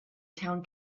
town